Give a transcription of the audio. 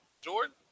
Jordan